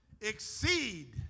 exceed